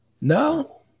No